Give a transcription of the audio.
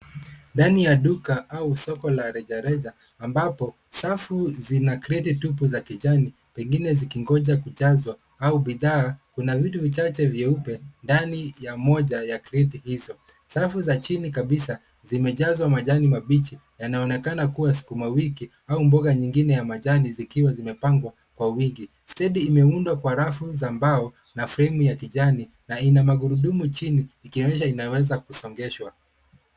Ndani ya duka au soko la rejareja ambapo safu zina kreti tupu za kijani, pengine zikingoja kujazwa au bidhaa. Kuna vitu vichache vyeupe ndani ya moja ya kreti hizo. Safu za chini kabisa zimejazwa majani mabichi yanaonekana kuwa sukumawiki au mboga nyingine ya majani zikiwa zimepangwa kwa wingi. Stedi imeundwa kwa rafu za mbao na fremu ya kijani na ina magurudumu chini, ikionyesha inaweza kusongeshwa.